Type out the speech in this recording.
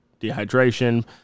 dehydration